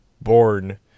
born